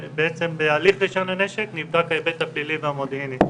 ובהליך רישיון הנשק נבדק ההיבט הפלילי והמודיעיני.